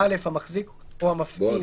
- המחזיק או המפעיל